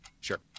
Sure